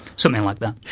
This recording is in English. something like that.